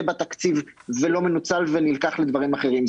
בתקציב והוא לא מנוצל ונלקח לדברים אחרים.